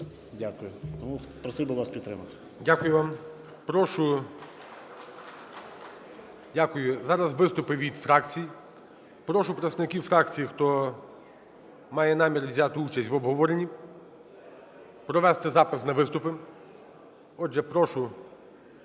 Дякую. Тому просив би вас підтримати ГОЛОВУЮЧИЙ. Дякую вам. Прошу… Дякую. Зараз виступи від фракцій. Прошу представників фракцій, хто має намір взяти участь в обговоренні, провести запис на виступи. Отже, прошу